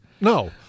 no